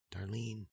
Darlene